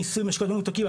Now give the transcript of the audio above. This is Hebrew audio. מיסוי משקאות ממותקים.